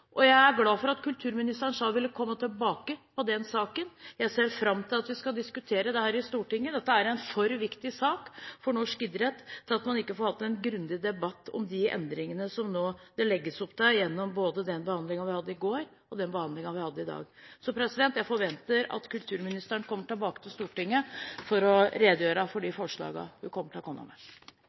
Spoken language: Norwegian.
Jeg er glad for at kulturministeren sa at hun ville komme tilbake til den saken. Jeg ser fram til at vi skal diskutere dette i Stortinget. Dette er en for viktig sak for norsk idrett til at man ikke får hatt en grundig debatt om de endringene som det nå legges opp til, både gjennom den behandlingen vi hadde i går, og den behandlingen vi har i dag. Jeg forventer at kulturministeren kommer tilbake til Stortinget for å redegjøre for de forslagene hun vil komme med.